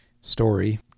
story